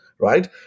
right